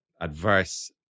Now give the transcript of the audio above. adverse